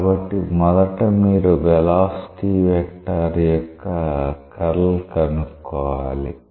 కాబట్టి మొదట మీరు వెలాసిటీ వెక్టార్ యొక్క కర్ల్ కనుక్కోవాలి